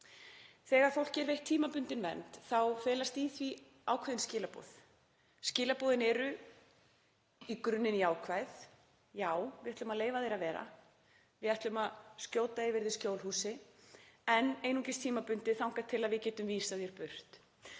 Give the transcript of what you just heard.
Þegar fólki er veitt tímabundin vernd þá felast í því ákveðin skilaboð. Skilaboðin eru í grunninn jákvæð: Já, við ætlum að leyfa þér að vera, við ætlum að skjóta yfir þig skjólshúsi en einungis tímabundið þangað til við getum vísað þér burt.